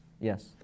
Yes